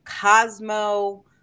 Cosmo